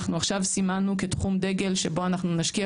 אנחנו סימנו כתחום דגל שבו אנחנו נשקיע